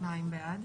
שניים בעד.